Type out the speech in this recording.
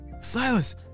Silas